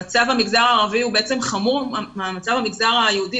המצב במגזר הערבי חמור מהמצב במגזר היהודי,